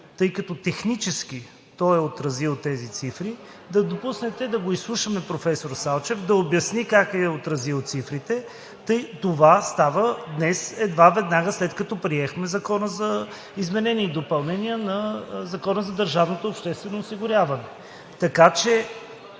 тъй като технически той е отразил тези цифри, да го допуснете да го изслушаме да обясни как е отразил цифрите, тъй като това става днес, едва веднага след като приехме Закона за изменение и допълнение на Закона за бюджета на държавното обществено осигуряване. Така че